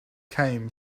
came